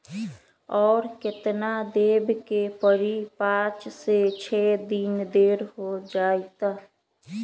और केतना देब के परी पाँच से छे दिन देर हो जाई त?